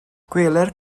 gweler